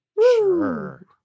Sure